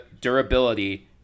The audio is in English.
durability